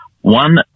one